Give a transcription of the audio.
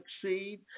succeed